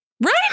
Right